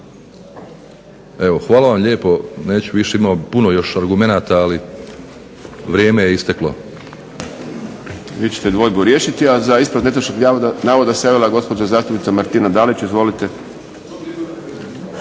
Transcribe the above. hvala vam lijepo. Neću više, imamo puno još argumenata ali vrijeme je isteklo.